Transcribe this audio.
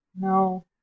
No